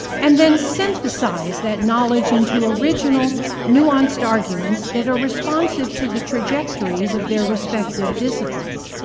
and then synthesize that knowledge into original nuanced arguments that are responsive to the trajectories of their respective disciplines.